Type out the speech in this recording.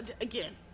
again